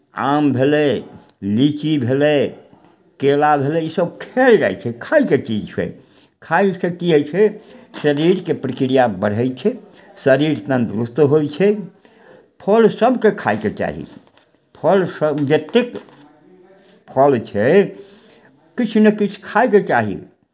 आम भेलै लीची भेलै केरा भेलै इसभ खायल जाइ छै खायके चीज छियै खायके की होइ छै शरीरके प्रक्रिया बढ़ै छै शरीर तन्दुरुस्त होइ छै फल सभकेँ खायके चाही फलसभ जतेक फल छै किछु ने किछु खायके चाही